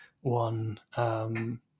one